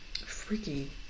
Freaky